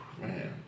Man